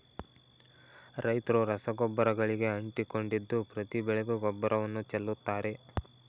ರೈತ್ರು ರಸಗೊಬ್ಬರಗಳಿಗೆ ಅಂಟಿಕೊಂಡಿದ್ದು ಪ್ರತಿ ಬೆಳೆಗೂ ಗೊಬ್ಬರವನ್ನು ಚೆಲ್ಲುತ್ತಾರೆ